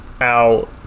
Al